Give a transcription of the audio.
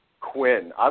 Quinn